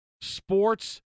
sports